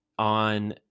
On